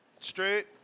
Straight